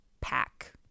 pack